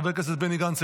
חבר הכנסת בני גנץ,